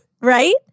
right